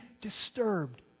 disturbed